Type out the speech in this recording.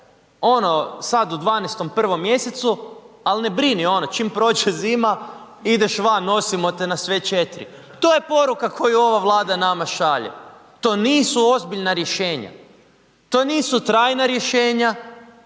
ono sad u 12., 1. mjesecu, al ne brini ono čim prođe zima ideš van, nosimo te na sve četiri, to je poruka koju nama ova Vlada šalje, to nisu ozbiljna rješenja, to nisu trajna rješenja